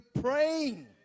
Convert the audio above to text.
praying